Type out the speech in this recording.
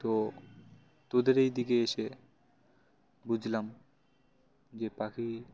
তো তোদের এই দিকে এসে বুঝলাম যে পাখি